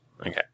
Okay